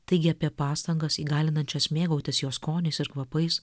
taigi apie pastangas įgalinančias mėgautis jo skoniais ir kvapais